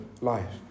life